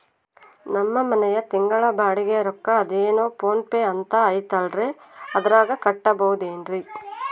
ನಮ್ಮ ಮನೆಯ ತಿಂಗಳ ಬಾಡಿಗೆ ರೊಕ್ಕ ಅದೇನೋ ಪೋನ್ ಪೇ ಅಂತಾ ಐತಲ್ರೇ ಅದರಾಗ ಕಟ್ಟಬಹುದೇನ್ರಿ?